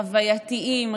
חווייתיים,